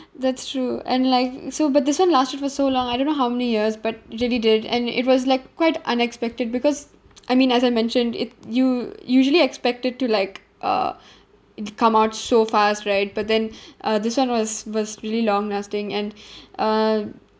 that's true and like so but this one lasted for so long I don't know how many years but really did and it was like quite unexpected because I mean as I mentioned it you usually expect it to like uh it come out so fast right but then uh this one was was really long lasting and uh